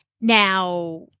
Now